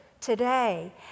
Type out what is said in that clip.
today